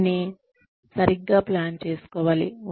దీన్ని సరిగ్గా ప్లాన్ చేసుకోవాలి